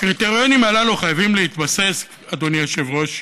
הקריטריונים הללו חייבים להתבסס, אדוני היושב-ראש,